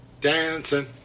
dancing